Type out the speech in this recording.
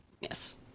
Yes